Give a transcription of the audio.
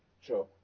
Sure